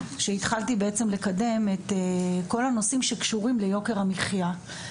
כשהתחלתי לקדם את כל הנושאים הקשורים ליוקר המחיה.